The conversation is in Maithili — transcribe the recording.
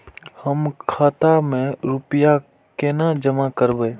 हम खाता में रूपया केना जमा करबे?